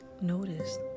notice